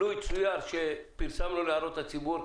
לו יצוייר שפרסמנו להערות הציבור,